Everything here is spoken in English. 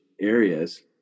areas